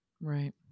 Right